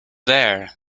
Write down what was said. there